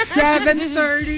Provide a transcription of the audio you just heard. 7.30